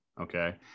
Okay